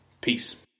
Peace